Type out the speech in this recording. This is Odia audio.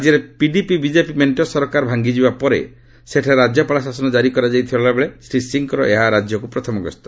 ରାଜ୍ୟରେ ପିଡିପି ବିଜେପି ମେଣ୍ଟ ସରକାର ଭାଙ୍ଗି ଯିବା ପରେ ସେଠାରେ ରାଜ୍ୟପାଳ ଶାସନ କାରି କରାଯାଇଥିବା ବେଳେ ଶ୍ରୀ ସିଂଙ୍କର ଏହା ରାଜ୍ୟକ୍ର ପ୍ରଥମ ଗସ୍ତ